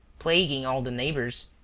plaguing all the neighbors,